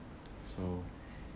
so